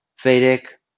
vedic